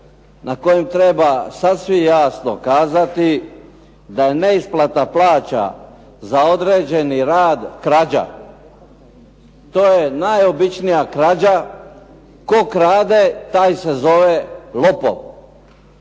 na kojem treba sasvim jasno kazati da je neisplata plaća za određeni rad krađa. To je najobičnija krađa. Tko krade taj se zove lopov.